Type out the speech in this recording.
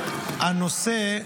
הנושא: